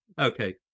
Okay